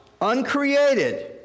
uncreated